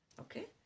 Okay